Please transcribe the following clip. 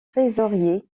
trésorier